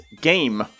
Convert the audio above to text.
game